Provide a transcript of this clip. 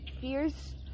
fears